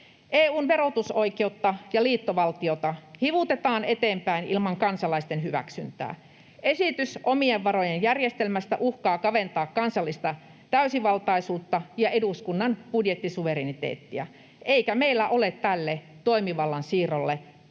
EU:n verotusoikeutta ja liittovaltiota hivutetaan eteenpäin ilman kansalaisten hyväksyntää. Esitys omien varojen järjestelmästä uhkaa kaventaa kansallista täysivaltaisuutta ja eduskunnan budjettisuvereniteettia, eikä meillä ole tälle toimivallan siirrolle